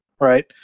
right